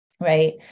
Right